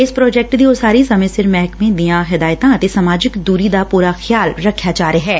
ਇਸ ਪ੍ਰਾਜੈਕਟ ਦੀ ਉਸਾਰੀ ਸਮੇ ਸਿਹਤ ਮਹਿਕਮੇ ਦੀਆ ਹਦਾਇਤਾ ਅਤੇ ਸਮਾਜਿਕ ਦੂਰੀ ਦਾ ਪੂਰਾ ਖਿਆਲ ਰਖਿਆ ਜਾ ਰਿਹੈ